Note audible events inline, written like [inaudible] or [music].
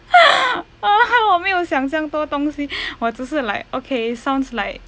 [noise] 我没有想这样多多东西我只是 like okay sounds like